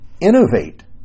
Innovate